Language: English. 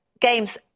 games